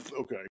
okay